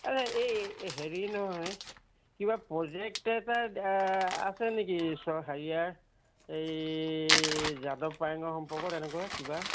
আচ্ছা এই হেৰি নহয় কিবা প্ৰজেক্ট এটা আছে নেকি হেৰিয়াৰ এই যাদৱ পায়েঙৰ সম্পৰ্কত এনেকুৱা কিবা